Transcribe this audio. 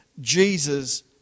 Jesus